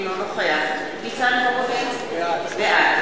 אינו נוכח ניצן הורוביץ, בעד